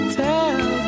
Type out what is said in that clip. tell